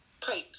pipes